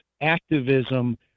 activism